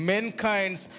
Mankind's